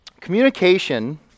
communication